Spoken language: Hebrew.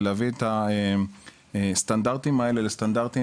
ולהביא את הסטנדרטים האלה לסטנדרטים